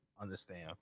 understand